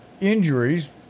Injuries